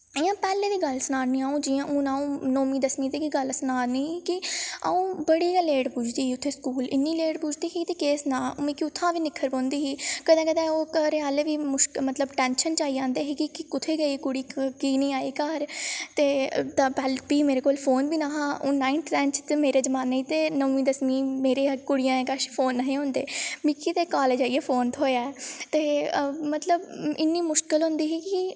इ'यां पैह्लें दी गल्ल सनानी आं इ'यां अ'ऊं नौमीं दसमी दी गल्ल सना निं कि अ'ऊं बड़ी गै लेट पुजदी ही उत्थें स्कूल इन्नी लेट पुजदी ही ते केह् सनां मिगी उत्थां दा बी निक्खर पौंदी ही कदें कदें ओह् घरै आह्ले बी मुश मतलब टैंशन च आई जंदे हे कि कु'त्थें गेई कुड़ी की निं आई घर ते फ्ही मेरे कोल फोन बी निं हा हून नाईनथ टैंथ च मेरे जमान्ने च ते नौमीं दसमीं मरे जनेह् कुड़ियें कश फोन निं होंदे हे मिगी ते कालेज जाइयै फोन थ्होएआ ऐ ते मतलब इन्नी मुश्कल होंदी ही कि